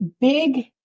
big